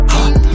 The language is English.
up